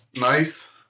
Nice